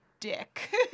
Dick